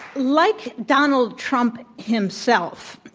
like donald trump himself,